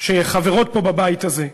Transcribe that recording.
שחברות פה בבית הזה,